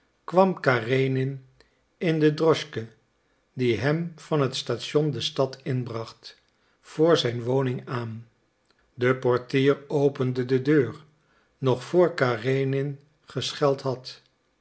kwam karenin in de droschke die hem van het station de stad inbracht voor zijn woning aan de portier opende de deur nog voor karenin gescheld had